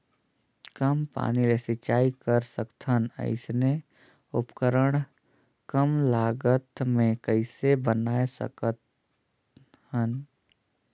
कम पानी ले सिंचाई कर सकथन अइसने उपकरण कम लागत मे कइसे बनाय सकत हन?